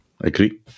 agree